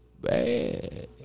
bad